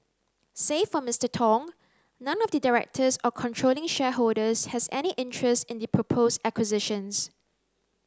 save for Mister Tong none of the directors or controlling shareholders has any interest in the proposed acquisitions